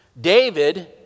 David